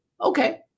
okay